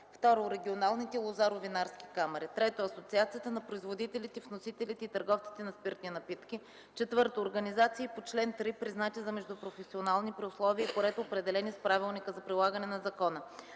2. регионалните лозаро-винарски камари (РЛВК); 3. Асоциацията на производителите, вносителите и търговците на спиртни напитки (АПВТСН); 4. организации по чл. 3, признати за междупрофесионални при условие и по ред, определени с правилника за прилагане на закона.